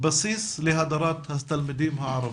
בסיס להדרת התלמידים הערבים,